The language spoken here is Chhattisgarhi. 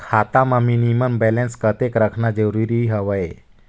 खाता मां मिनिमम बैलेंस कतेक रखना जरूरी हवय?